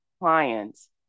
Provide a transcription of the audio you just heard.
clients